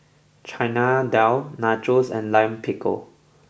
Chana Dal Nachos and Lime Pickle